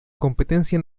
competencia